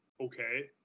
okay